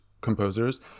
composers